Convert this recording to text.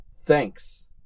Thanks